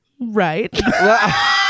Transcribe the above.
right